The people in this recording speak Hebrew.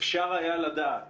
אפשר היה לדעת